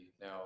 Now